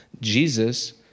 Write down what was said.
Jesus